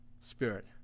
spirit